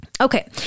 Okay